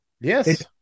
Yes